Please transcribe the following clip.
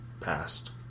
Past